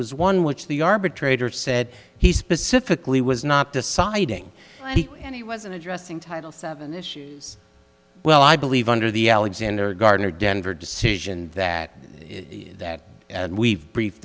was one which the arbitrator said he specifically was not deciding and he wasn't addressing title seven issues well i believe under the alexander gardner denver decision that that we've brief